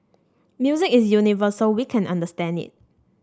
music is universal we can understand it